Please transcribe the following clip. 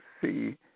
see